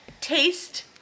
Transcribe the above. taste